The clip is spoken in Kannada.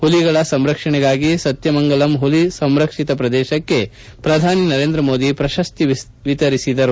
ಹುಲಿಗಳ ಸಂರಕ್ಷಣೆಗಾಗಿ ಸತ್ಯಮಂಗಲಂ ಹುಲಿ ಸಂರಕ್ಷಿತ ಪ್ರದೇಶಕ್ಕೆ ಪ್ರಧಾನಿ ನರೇಂದ್ರ ಮೋದಿ ಪ್ರಶಸ್ತಿ ವಿತರಿಸಿದರು